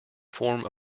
form